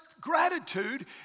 gratitude